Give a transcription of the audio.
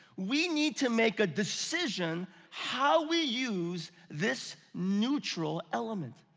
we need to make a decision how we use this neutral element.